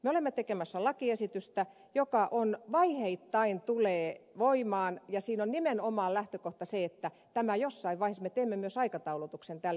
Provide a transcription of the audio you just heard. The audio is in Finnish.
me olemme tekemässä lakiesitystä joka tulee vaiheittain voimaan ja siinä on nimenomaan lähtökohta se että jossain vaiheessa me teemme myös aikataulutuksen tälle